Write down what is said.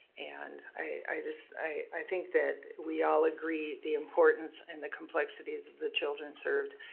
and i just, i think that we all agree the importance and the complexities of the children served,